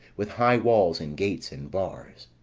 with high walls, and gates, and bars.